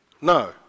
No